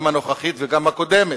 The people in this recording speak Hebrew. גם הנוכחית וגם הקודמת,